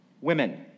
women